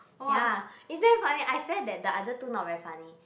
ya is damn funny I swear that the other two not very funny